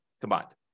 combined